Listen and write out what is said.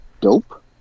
dope